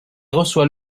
reçoit